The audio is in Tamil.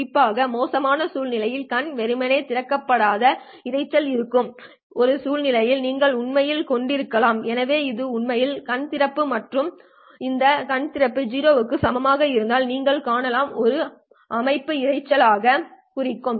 குறிப்பாக மோசமான சூழ்நிலையில் கண் வெறுமனே திறக்கப்படாத இரைச்சல் இருக்கும் ஒரு சூழ்நிலையை நீங்கள் உண்மையில் கொண்டிருக்கலாம் எனவே இது உண்மையில் கண் திறப்பு மற்றும் இந்த கண் திறப்பு 0 க்கு சமமாக இருப்பதை நீங்கள் காணலாம் இது அமைப்பு மிகவும் இரைச்சலாக இருப்பதைக் குறிக்கிறது